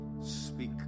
Speak